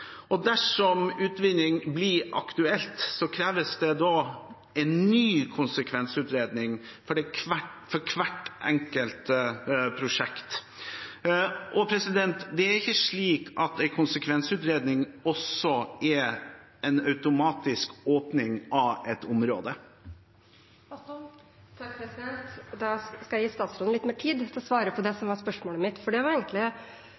åpning. Dersom utvinning blir aktuelt, kreves det en ny konsekvensutredning for hvert enkelt prosjekt. Det er ikke slik at en konsekvensutredning automatisk også er åpning av et område. Da skal jeg gi statsråden litt mer tid til å svare på det som egentlig var spørsmålet mitt, for det var: